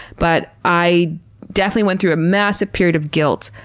but i definitely went through a massive period of guilt.